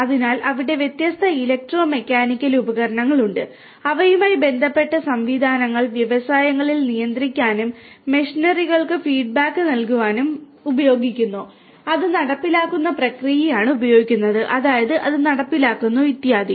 അതിനാൽ അവിടെ വ്യത്യസ്ത ഇലക്ട്രോ മെക്കാനിക്കൽ ഫീഡ്ബാക്ക് നൽകാനും ഉപയോഗിക്കുന്നു അത് നടപ്പിലാക്കുന്ന പ്രക്രിയയാണ് ഉപയോഗിക്കുന്നത് അതായത് അത് നടപ്പിലാക്കുന്നു ഇത്യാദി